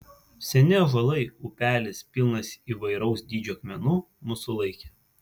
seni ąžuolai upelis pilnas įvairaus dydžio akmenų mus sulaikė